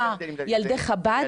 ילדי חב"ד?